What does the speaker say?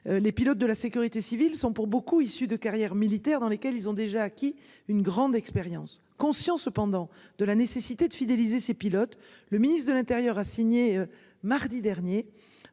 Les pilotes de la sécurité civile sont pour beaucoup issus de carrière militaire dans lesquels ils ont déjà acquis une grande expérience conscient cependant de la nécessité de fidéliser ses pilotes. Le ministre de l'Intérieur a signé mardi dernier,